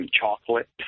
chocolate